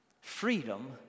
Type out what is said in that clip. freedom